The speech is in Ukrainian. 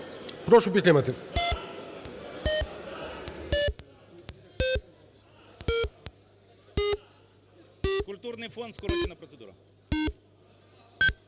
Прошу підтримати.